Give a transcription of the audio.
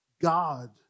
God